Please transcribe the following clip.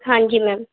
ہاں جی میم